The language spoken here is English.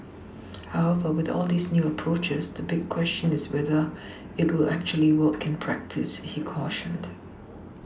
however with all these new approaches the big question is whether it will actually work in practice he cautioned